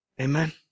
Amen